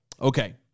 Okay